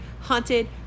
haunted